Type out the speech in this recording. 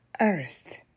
earth